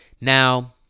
now